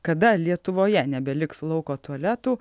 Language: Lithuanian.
kada lietuvoje nebeliks lauko tualetų